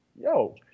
yo